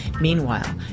Meanwhile